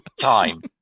Time